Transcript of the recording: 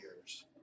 years